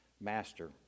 master